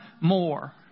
more